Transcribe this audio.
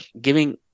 giving